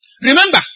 Remember